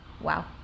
wow